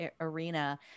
arena